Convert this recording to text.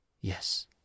Yes